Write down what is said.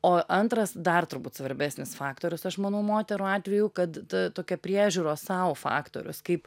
o antras dar turbūt svarbesnis faktorius aš manau moterų atveju kad ta tokia priežiūros sau faktorius kaip